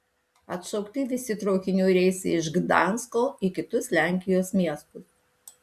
atšaukti visi traukinių reisai iš gdansko į kitus lenkijos miestus